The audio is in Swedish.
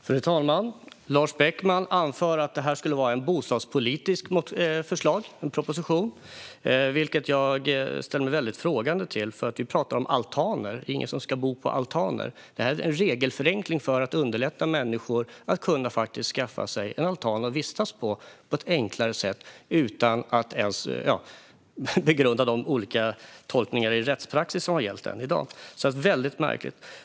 Fru talman! Lars Beckman anför att detta skulle vara ett bostadspolitiskt förslag, vilket jag ställer mig väldigt frågande till. Vi talar ju om altaner, och det är ingen som ska bo på altaner. Det här handlar om en regelförenkling för att underlätta för människor att skaffa sig en altan att vistas på utan att behöva begrunda dagens lagtolkningar och rättspraxis. Lars Beckmans inlägg är väldigt märkligt.